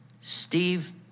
Steve